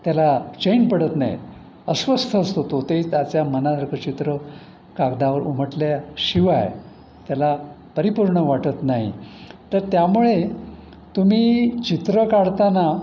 त्याला चैन पडत नाही अस्वस्थ असतो तो ते त्याच्या मनासारखं चित्र कागदावर उमटल्याशिवाय त्याला परिपूर्ण वाटत नाही तर त्यामुळे तुम्ही चित्र काढताना